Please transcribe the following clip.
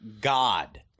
god